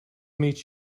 meet